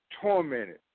tormented